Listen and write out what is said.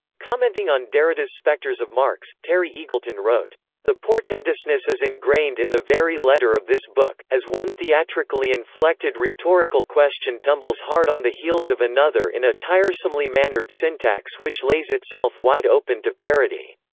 commenting on derrida's specters of marx, terry eagleton wrote the portentousness is ingrained in the very letter of this book, as one theatrically inflected rhetorical question tumbles hard on the heels of another in a tiresomely mannered syntax which lays itself wide open to parody.